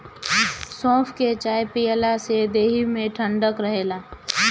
सौंफ के चाय पियला से देहि में ठंडक रहेला